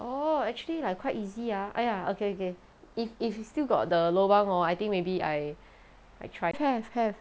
orh actually like quite easy ah !aiya! okay okay if if you still got the lobang hor I think maybe I try have have